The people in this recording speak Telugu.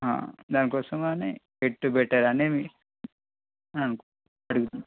దానికోసమని పెట్టు పెట్టగానే అని అనుకుంటు అడుగుతున్నా